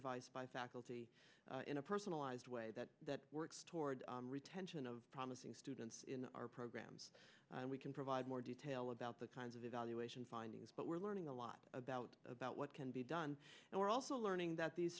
advice by faculty in a personalized way that that works toward retention of promising students in our programs we can provide more detail about the kinds of evaluation findings but we're learning a lot about about what can be done and we're also learning that these